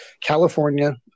California